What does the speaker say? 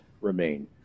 remain